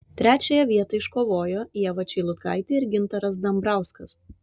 trečiąją vietą iškovojo ieva čeilutkaitė ir gintaras dambrauskas